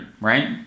right